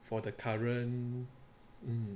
for the current